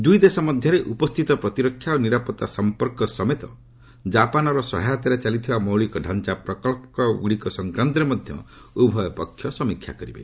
ଦୁଇ ଦେଶ ମଧ୍ୟରେ ଉପସ୍ଥିତ ପ୍ରତିରକ୍ଷା ଓ ନିରାପତ୍ତା ସମ୍ପର୍କ ସମେତ କ୍ଷାପାନର ସହାୟତାରେ ଚାଲିଥିବା ମୌଳିକ ଢାଞ୍ଚା ପ୍ରକଳ୍ପଗୁଡ଼ିକ ସଂକ୍ରାନ୍ତରେ ମଧ୍ୟ ଉଭୟ ପକ୍ଷ ସମୀକ୍ଷା କରିବେ